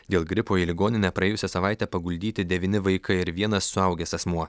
dėl gripo į ligoninę praėjusią savaitę paguldyti devyni vaikai ir vienas suaugęs asmuo